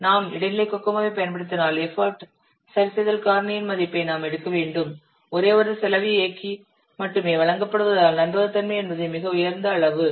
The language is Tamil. நாம் இடைநிலை கோகோமோவைப் பயன்படுத்தினால் எஃபர்ட் சரிசெய்தல் காரணியின் மதிப்பை நாம் எடுக்க வேண்டும் ஒரே ஒரு செலவு இயக்கி மட்டுமே வழங்கப்படுவதால் நம்பகத்தன்மை என்பது மிக உயர்ந்த அளவு 1